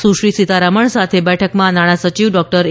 સુશ્રી સીતારમણ સાથે બેઠકમાં નાણાં સચિવ ડોકટર એ